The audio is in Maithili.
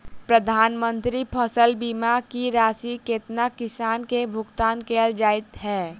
प्रधानमंत्री फसल बीमा की राशि केतना किसान केँ भुगतान केल जाइत है?